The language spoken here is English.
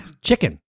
Chicken